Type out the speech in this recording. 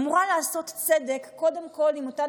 אמורה לעשות צדק קודם כול עם אותן